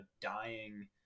dying